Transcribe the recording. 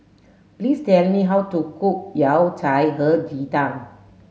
please tell me how to cook yao cai he ji tang